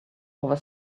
over